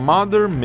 Mother